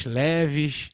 leves